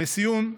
לסיום,